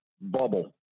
bubble